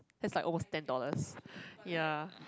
that's like almost ten dollars ya